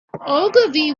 ogilvy